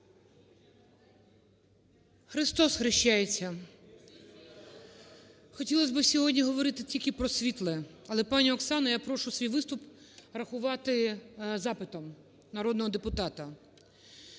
КОРЧИНСЬКА О.А. Хотілось би сьогодні говорити тільки про світле. Але, пані Оксано, я прошу свій виступ рахувати запитом народного депутата.